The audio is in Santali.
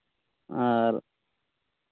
ᱟᱨ